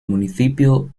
municipio